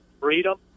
freedom